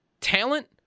talent